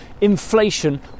inflation